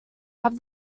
have